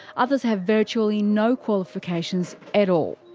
others have virtually no qualifications at all.